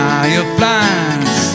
Fireflies